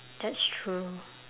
that's true